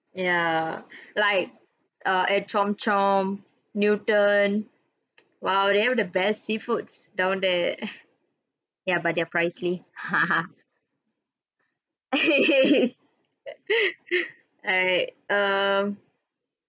ya like err at chomp chomp newton !wow! that one the best seafoods down there yeah but they're pricely alright um